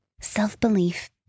Self-belief